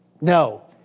No